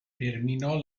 terminò